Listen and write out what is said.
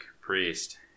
priest